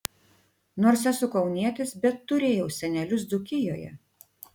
nors esu kaunietis bet turėjau senelius dzūkijoje